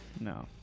no